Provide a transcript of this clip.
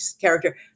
character